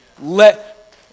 Let